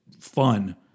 fun